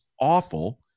awful